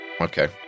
okay